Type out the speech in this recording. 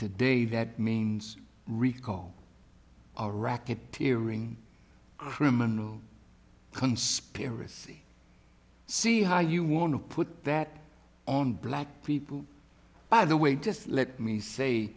today that means recall racketeering criminal conspiracy see how you want to put that on black people by the way to let me say